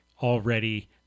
already